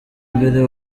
mbere